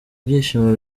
byishimo